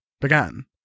began